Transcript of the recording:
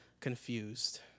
confused